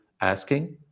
asking